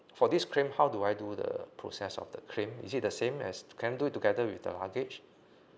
for this claim how do I do the process of the claim is it the same as can I do it together with the luggage